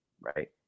right